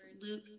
Luke